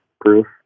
proof